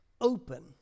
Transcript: open